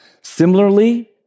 Similarly